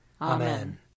Amen